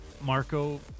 Marco